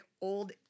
old